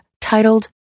titled